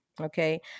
Okay